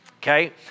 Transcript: Okay